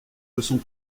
leçons